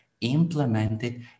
implemented